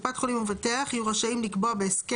חולים ומבטח 78כט. קופת חולים ומבטח יהיו רשאים לקבוע בהסכם